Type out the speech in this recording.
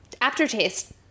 Aftertaste